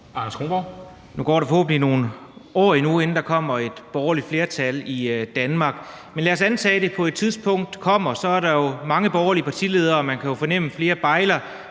Anders Kronborg (S): Nu går der forhåbentlig nogle år endnu, inden der kommer et borgerligt flertal i Danmark. Men lad os antage, at det kommer på et tidspunkt, og så er der jo mange borgerlige partiledere – man kan jo fornemme, at der er